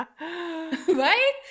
Right